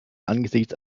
angesichts